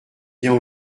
bien